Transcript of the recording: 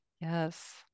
Yes